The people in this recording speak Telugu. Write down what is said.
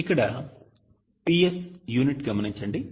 ఇక్కడ PS యూనిట్ గమనించండి